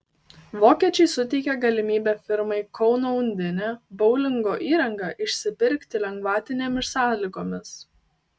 vokiečiai suteikė galimybę firmai kauno undinė boulingo įrangą išsipirkti lengvatinėmis sąlygomis